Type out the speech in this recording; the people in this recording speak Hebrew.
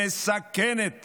שמסכנת